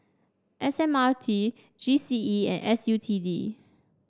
S M R T G C E and S U T D